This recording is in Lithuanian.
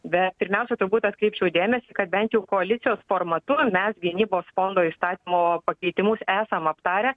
bet pirmiausia turbūt atkreipčiau dėmesį kad bent jau koalicijos formatu mes gynybos fondo įstatymo pakeitimus esam aptarę